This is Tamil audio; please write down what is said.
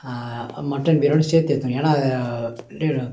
மட்டன் பிரியாணியோடய சேர்த்து எடுத்து ஏன்னா